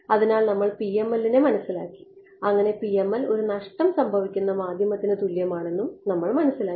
അതിനാൽ നമ്മൾ PML നെ മനസ്സിലാക്കി അങ്ങനെ PML ഒരു നഷ്ടം സംഭവിക്കുന്ന മാധ്യമത്തിന് തുല്യമാണെന്ന് നമ്മൾ മനസ്സിലാക്കി